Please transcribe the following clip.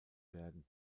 werden